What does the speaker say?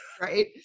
right